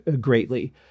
greatly